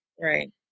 Right